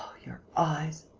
your eyes.